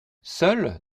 seul